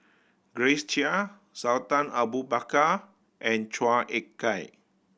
Grace Chia Sultan Abu Bakar and Chua Ek Kay